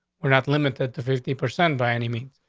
we're not limited to fifty percent by any means.